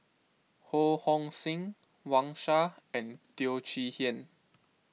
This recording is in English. Ho Hong Sing Wang Sha and Teo Chee Hean